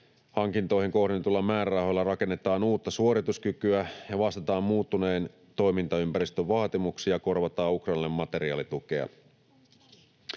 kohdennetuilla määrärahoilla rakennetaan uutta suorituskykyä ja vastataan muuttuneen toimintaympäristön vaatimuksiin ja korvataan materiaalitukea